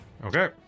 okay